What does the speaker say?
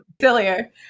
sillier